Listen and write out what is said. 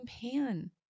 pan